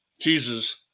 Jesus